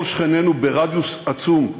כל שכנינו, ברדיוס עצום,